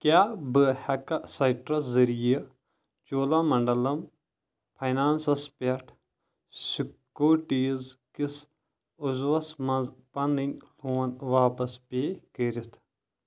کیٛاہ بہٕ ہٮ۪کا سایٹرس ذٔریعہٕ چولامنٛڈلم فاینانٛسس پٮ۪ٹھ سیکیورٹیز کِس عوزوس منٛز پنٕنۍ لون واپس پے کٔرِتھ؟